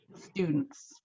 students